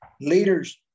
Leaders